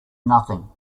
nothing